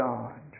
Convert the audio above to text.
God